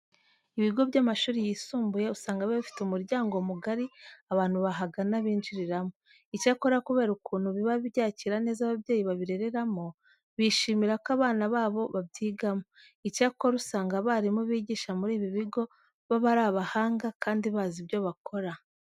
Ibigo by'amashuri yisumbuye usanga biba bifite umuryango mugari abantu bahagana binjiriramo. Icyakora kubera ukuntu biba byakira neza ababyeyi babirereramo, bishimira ko abana babo babyigamo. Icyakora usanga abarimu bigisha muri ibi bigo baba ari abahanga kandi bazi ibyo bakora.